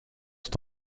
sont